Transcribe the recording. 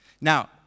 Now